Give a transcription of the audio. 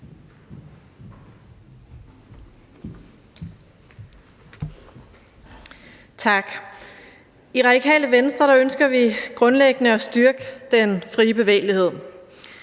Tak. I Radikale Venstre ønsker vi grundlæggende at styrke den fri bevægelighed,